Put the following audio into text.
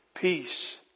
Peace